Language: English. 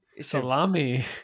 salami